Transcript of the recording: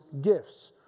gifts